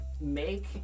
Make